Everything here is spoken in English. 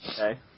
Okay